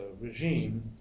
regime